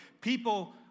People